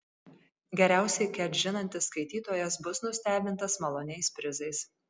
geriausiai ket žinantis skaitytojas bus nustebintas maloniais prizais